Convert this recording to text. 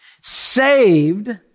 Saved